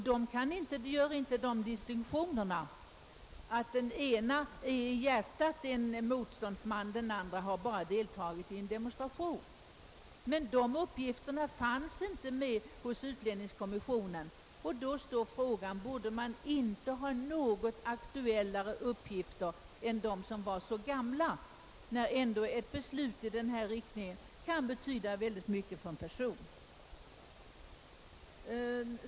I Grekland gör man inte distinktionen, att den ene i hjärtat är en motståndsman, medan den andre bara deltagit i en demonstration. Men dessa uppgifter fanns inte hos utlänningskommissionen, och då blir frågan: Borde man inte ha något aktuellare uppgifter än som var fallet, när ändå ett beslut i denna riktning kan betyda synnerligen mycket för en person?